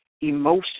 emotion